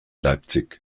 leipzig